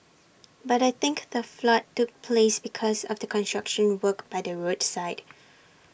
but I think the flood took place because of the construction work by the roadside